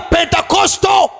Pentecostal